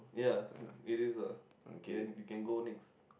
ya okay